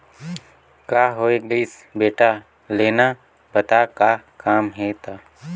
का होये गइस बेटा लेना बता का काम हे त